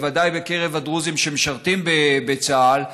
בוודאי בקרב הדרוזים שמשרתים בצה"ל,